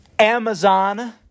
Amazon